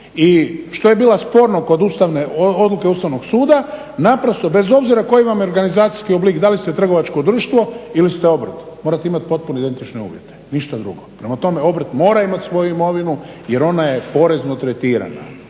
i što je bilo sporno kod odluke Ustavnog suda bez obzira koji vam je organizacijski oblik da li ste trgovačko društvo ili ste obrt morate imati potpuno identične uvjete, ništa drugo. Prema tome obrt mora imati svoju imovinu jer ona je porezno tretirana.